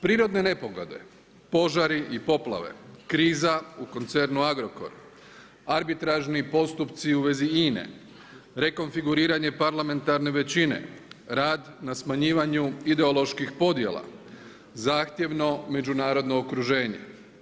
Prirodne nepogode, požari i poplave, kriza u koncernu Agrokor, arbitražni postupci u vezi INA-e, konfiguriranje parlamentarne većine, rad na smanjivanju ideoloških podjela, zahtjevno međunarodno okruženje.